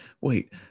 wait